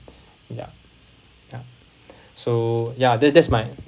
ya ya so ya that that's my